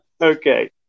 okay